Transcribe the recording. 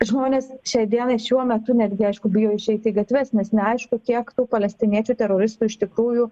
žmonės šiai dienai šiuo metu netgi aišku bijo išeit į gatves nes neaišku kiek tų palestiniečių teroristų iš tikrųjų